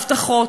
ההבטחות?